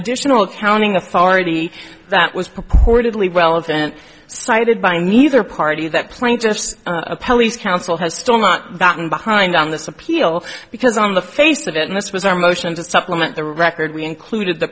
additional accounting authority that was purportedly well event cited by neither party that plane just a police council has still not gotten behind on this appeal because on the face of it and this was our motion to supplement the record we included the